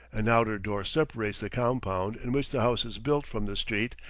an outer door separates the compound in which the house is built from the street,